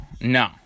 no